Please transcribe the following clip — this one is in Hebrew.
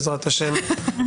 בעזרת השם,